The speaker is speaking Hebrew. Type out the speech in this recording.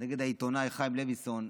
נגד העיתונאי חיים לוינסון.